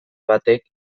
batek